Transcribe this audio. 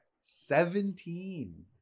Seventeen